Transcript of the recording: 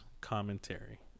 commentary